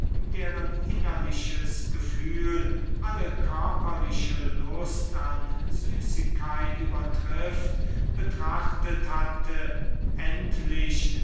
deren innerliches gefühl alle körperliche wollust an süßigkeit übertrifft betrachtet hatte endlich von